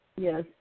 Yes